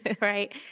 right